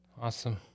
Awesome